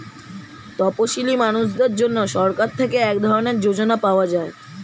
তপসীলি মানুষদের জন্য সরকার থেকে এক ধরনের যোজনা পাওয়া যায়